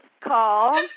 call